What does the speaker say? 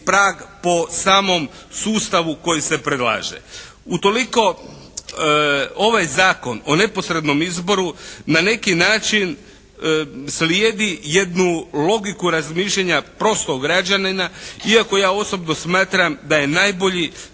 prag po samom sustavu koji se predlaže. Utoliko ovaj Zakon o neposrednom izboru na neki način slijedi jednu logiku razmišljanja prostog građanina iako ja osobno smatram da je najbolji